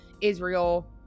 Israel